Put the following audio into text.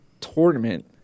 tournament